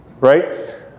right